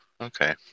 Okay